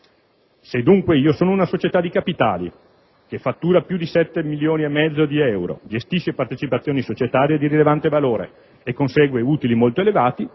Se dunque io sono una società di capitali che fattura più di 7,5 milioni di euro, gestisce partecipazioni societarie di rilevante valore e consegue utili molto elevati,